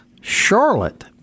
Charlotte